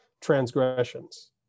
transgressions